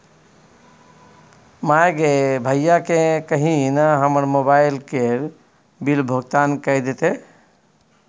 माय गे भैयाकेँ कही न हमर मोबाइल केर बिल भोगतान कए देतै